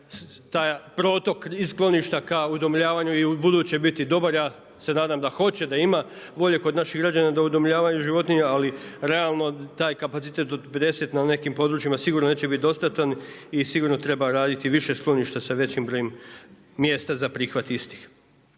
taj protok iz skloništa ka udomljavanju i u buduće biti dobar, ja se nadam da hoće, da ima volje kod naših građana za udomljavanje životinja ali realno taj kapacitet od 50 na nekim područjima sigurno neće bit dostatan i sigurno treba više skloništa sa većim brojem mjesta za prihvat istih.